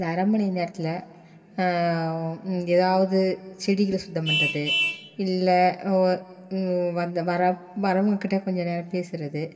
இந்த அரை மணி நேரத்தில் ஏதாவது செடிகளை சுத்தம் பண்ணுறது இல்லை அந்த வர வரவங்ககிட்டே கொஞ்சம் நேரம் பேசுவது